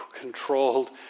controlled